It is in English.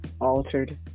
Altered